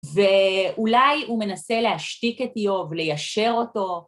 ואולי, הוא מנסה להשתיק את איוב, ליישר אותו.